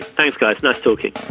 thanks guys. nice talking.